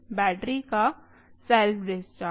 battery का self discharge